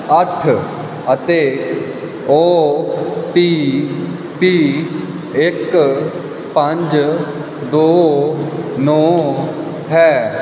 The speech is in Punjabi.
ਅੱਠ ਅਤੇ ਓਟੀਪੀ ਇੱਕ ਪੰਜ ਦੋ ਨੌਂ ਹੈ